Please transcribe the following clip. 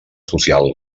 social